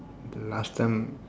the last time